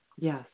Yes